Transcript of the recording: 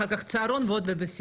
אחר כך צהרון ועוד בייביסיטר.